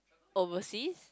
overseas